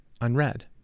unread